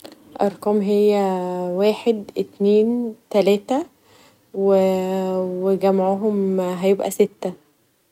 ارقام هي واحد ، اتنين ، تلاته ، و جمعهم هيبقي سته.